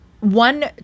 One